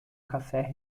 café